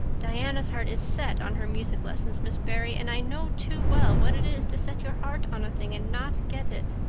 diana's heart is set on her music lessons, miss barry, and i know too well what it is to set your heart on a thing and not get it.